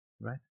right